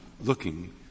looking